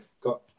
got